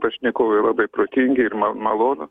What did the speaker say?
pašnekovai labai protingi ir man malonu